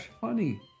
funny